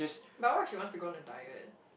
but what if she wants to go on a diet